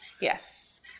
Yes